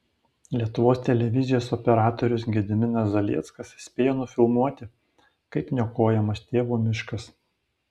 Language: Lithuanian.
lietuvos televizijos operatorius gediminas zalieckas spėjo nufilmuoti kaip niokojamas tėvo miškas